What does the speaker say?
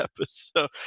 episode